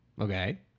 Okay